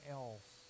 else